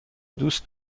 دوست